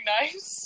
nice